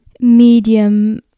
medium